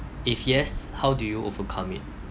if yes how do you overcome it